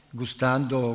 gustando